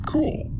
Cool